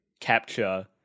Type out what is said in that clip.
capture